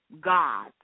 God